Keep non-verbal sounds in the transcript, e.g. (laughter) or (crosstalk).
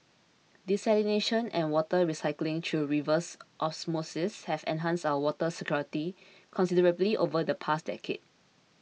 desalination and water recycling through reverse (noise) osmosis have enhanced our water security considerably over the past decade